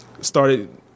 started